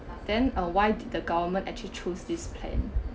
then uh why did the government actually choose this plan